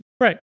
right